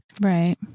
right